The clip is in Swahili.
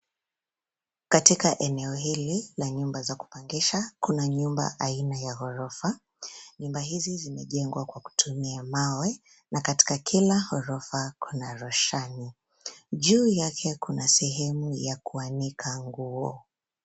Katika eneo hili la nyumba za kupangisha, kuna nyumba aina ya gorofa. Nyumba hizi zimejengwa kwa kutumia mawe, na katika kila gorofa kuna roshani. Juu yake kuna sehemu ya kuanika nguo.